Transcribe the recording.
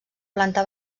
planta